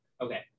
Okay